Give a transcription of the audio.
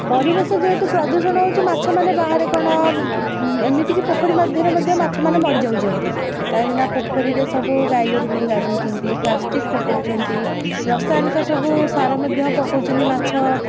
ପରିବେଶ ଯେହେତୁ ପ୍ରଦୂଷଣ ହେଉଛି ମାଛମାନେ ବାହାରେ କ'ଣ ଏମିତି କି ପୋଖରୀ ମଧ୍ୟରେ ମଧ୍ୟ ମାଛମାନେ ମରିଯାଉଛନ୍ତି କାହିଁକି ନା ପୋଖରୀରେ ସବୁ ଗାଈ ଗୋରୁ ନେଇକି ଗାଧଉଛନ୍ତି ପ୍ଲାଷ୍ଟିକ ପକାଉଛନ୍ତି ରସାୟନିକ ସବୁ ସାର ମଧ୍ୟ ପକାଉଛନ୍ତି ମାଛ